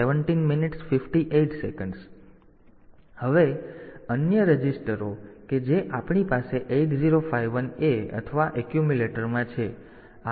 હવે અન્ય રજીસ્ટરો કે જે આપણી પાસે 8051 A અથવા એક્યુમ્યુલેટરમાં છે